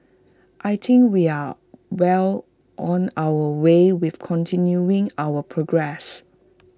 I think we are well on our way with continuing our progress